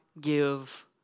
give